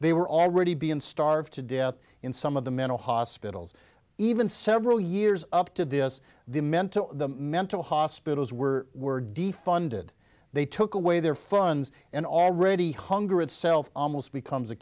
they were already being starved to death in some of the mental hospitals even several years up to this the men to the mental hospitals were were defunded they took away their funds and already hunger itself almost becomes a